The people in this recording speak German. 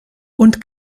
und